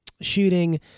shooting